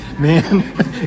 man